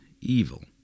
evil